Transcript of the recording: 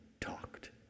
talked